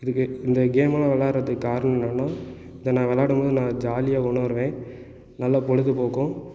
இதுவே இந்த கேம்லாம் விளையாடுறதுக்கு காரணம் என்னென்னா இப்போ நான் விளாயாடும் போது நான் ஜாலியா உணர்வேன் நல்லா பொழுதுபோக்கும்